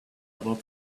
about